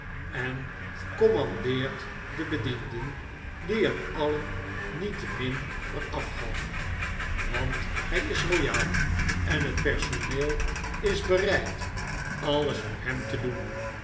en commandeert de bedienden die hem alien niettemin verafgoden want hij is royaal en het personeel is bereid alles voor hem te doen